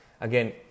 again